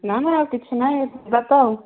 ନା ନା ଆଉ କିଛି ନାହିଁ ଯିବା ତ ଆଉ